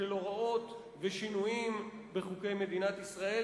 של הוראות ושינויים בחוקי מדינת ישראל,